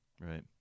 Right